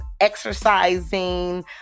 exercising